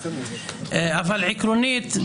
אבל עקרונית,